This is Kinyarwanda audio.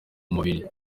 mubiri